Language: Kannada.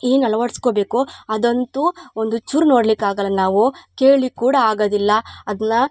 ಏನು ಅಳ್ವಡಿಸ್ಕೋಬೇಕು ಅದಂತೂ ಒಂದು ಚೂರು ನೋಡ್ಲಿಕ್ಕೆ ಆಗೋಲ್ಲ ನಾವೂ ಕೇಳಿ ಕೂಡ ಆಗೋದಿಲ್ಲ ಅದನ್ನ